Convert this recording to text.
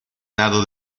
lado